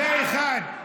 זו עמדת ממשלה?